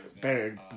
Better